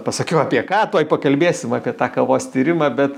pasakiau apie ką tuoj pakalbėsim apie tą kavos tyrimą bet